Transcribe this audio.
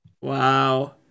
Wow